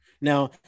Now